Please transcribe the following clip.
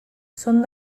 són